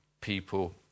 people